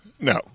No